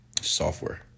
Software